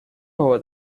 over